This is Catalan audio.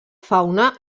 fauna